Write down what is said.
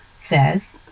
says